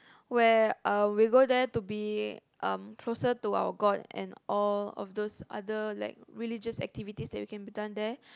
where uh we go there to be um closer to our god and all of those other like religious activities that we can be done there